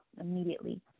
immediately